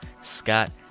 Scott